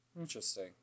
Interesting